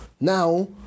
Now